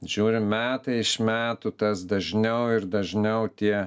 žiūrim metai iš metų tas dažniau ir dažniau tie